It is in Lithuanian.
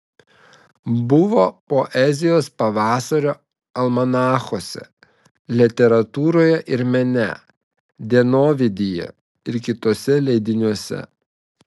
buvo poezijos pavasario almanachuose literatūroje ir mene dienovidyje ir kituose leidiniuose